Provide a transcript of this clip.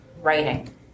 writing